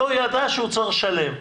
לא ידע שהוא צריך לשלם.